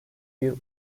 bir